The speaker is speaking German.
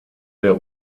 der